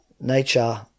nature